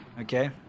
okay